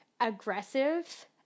aggressive